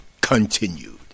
Continued